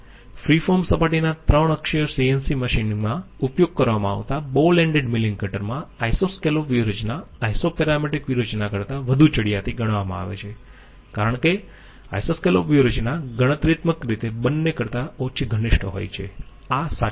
free form સપાટીના 3 અક્ષીય CNC machine માં ઉપયોગ કરવામાં આવતા બોલ એન્ડેડ મીલીંગ કટર માં આઈસોસ્કેલોપ વ્યૂહરચના આઈસોપેરામેટ્રિક વ્યવ્હારચના કરતા વધુ ચડિયાતી ગણવામાં આવે છે કારણ કે આઈસોસ્કેલોપ વ્યૂહરચના ગણતરીત્મક રીતે બંને કરતા ઓછી ઘનિષ્ઠ હોય છે આ સાચું નથી